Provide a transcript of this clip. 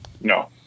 No